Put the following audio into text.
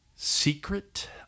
Secret